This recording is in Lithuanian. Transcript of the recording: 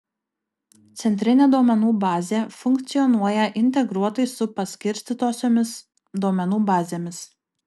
centrinė duomenų bazė funkcionuoja integruotai su paskirstytosiomis duomenų bazėmis